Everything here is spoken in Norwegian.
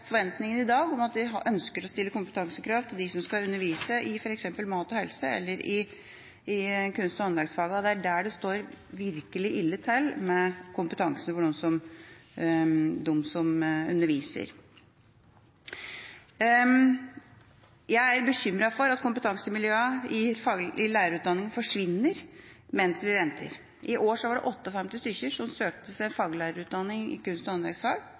enn i dag, skal innføres kompetansekrav». Det er bra, men vi mener, til liks med det representanten Tyvand sa, at vi kunne ha satt forventninger i dag om at vi ønsker å stille kompetansekrav til dem som skal undervise i f.eks. mat og helse eller i kunst- og håndverksfagene. Det er der det står virkelig ille til med kompetansen for dem som underviser. Jeg er bekymret for at kompetansemiljøene i lærerutdanningene forsvinner mens vi venter. I år var det 58 stykker som søkte